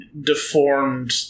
deformed